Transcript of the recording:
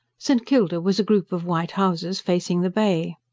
st. kilda was a group of white houses facing the bay.